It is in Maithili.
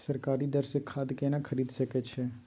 सरकारी दर से खाद केना खरीद सकै छिये?